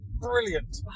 Brilliant